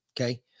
Okay